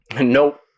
nope